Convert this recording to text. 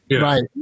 Right